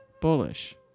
Bullish